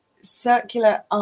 Circular